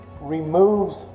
removes